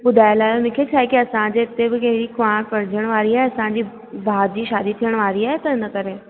ॿुधाए कयो मूंखे छा आहे की असांजे इते बि कंहिंजी कुंवार पढ़जण वारी आहे असांजे भाउ जी शादी थियण वारी आहे त इन करे